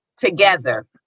together